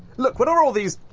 look, what are all these,